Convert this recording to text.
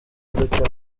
ndetse